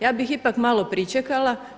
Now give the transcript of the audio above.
Ja bih ipak malo pričekala.